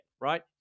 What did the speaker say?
right